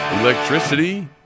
electricity